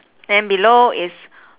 then below is